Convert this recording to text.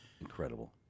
incredible